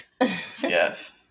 yes